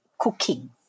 cooking